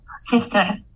sister